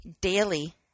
daily